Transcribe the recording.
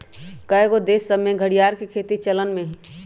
कएगो देश सभ में घरिआर के खेती चलन में हइ